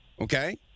okay